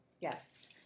Yes